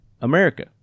America